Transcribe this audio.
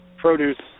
produce